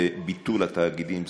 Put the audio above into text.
בביטול התאגידים.